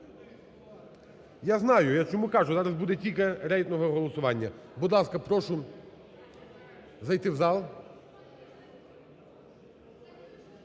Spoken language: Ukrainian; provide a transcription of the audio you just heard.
Я знаю, я чому кажу, зараз буде тільки рейтингове голосування. Будь ласка, прошу зайти в зал.